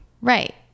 Right